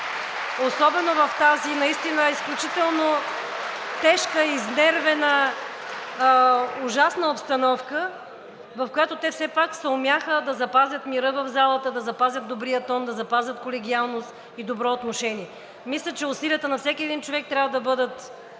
особено в тази изключително тежка, изнервена, ужасна обстановка, в която те все пак успяха да запазят мира в залата, да запазят добрия тон, да запазят колегиалност и добро отношение. Мисля, че усилията на всеки един човек трябва да бъдат